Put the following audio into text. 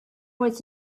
was